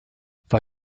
war